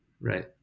Right